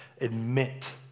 admit